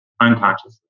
unconsciously